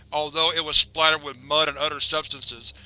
although it was splattered with mud and other substances,